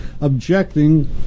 objecting